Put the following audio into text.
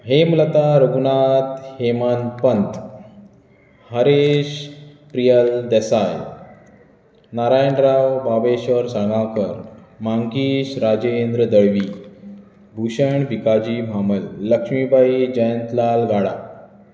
हेमलता रघूनाथ हेमंत पंथ हरेष प्रियल देसाय नारायणराव बाबेश्वर साळगांवकर मंकीश राजेद्र दळवी भूशण भिकाजी माहमल लक्ष्मीबाई जयंतलाल गाडा